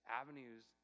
avenues